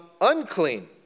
unclean